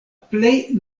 plej